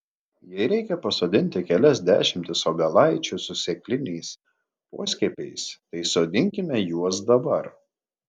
jei reikia pasodinti kelias dešimtis obelaičių su sėkliniais poskiepiais tai sodinkime juos dabar